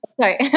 Sorry